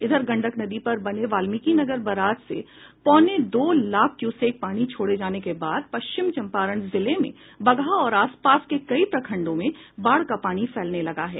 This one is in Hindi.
इधर गंडक नदी पर बने वाल्मिकीनगर बराज से पौने दो लाख क्यूसेक पानी छोड़े जाने के बाद पश्चिमी चंपारण जिले में बगहा और आसपास के कई प्रखंडों में बाढ़ का पानी फैलने लगा है